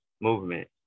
movement